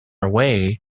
away